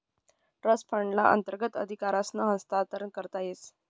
trust फंडना अंतर्गत अधिकारसनं हस्तांतरण करता येस